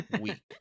week